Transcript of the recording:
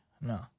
No